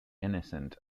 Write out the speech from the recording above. innocent